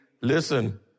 listen